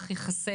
יחסי